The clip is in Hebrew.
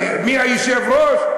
מי היושב-ראש?